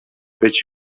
być